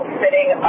sitting